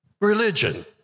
religion